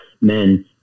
men